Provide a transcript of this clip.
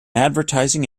advertising